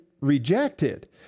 Rejected